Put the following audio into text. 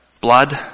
blood